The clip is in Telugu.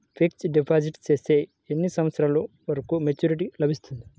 ఫిక్స్డ్ డిపాజిట్ చేస్తే ఎన్ని సంవత్సరంకు మెచూరిటీ లభిస్తుంది?